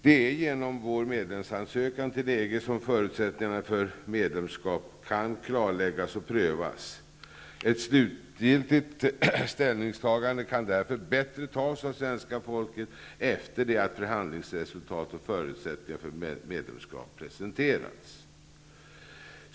Det är genom vår ansökan om medlemskap i EG som förutsättningarna för medlemskap kan klarläggas och prövas. Svenska folket kan således bättre göra ett slutgiltigt ställningstagandet efter det att förhandlingsresultat och förutsättningar för medlemskap har presenterats.